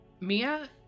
Mia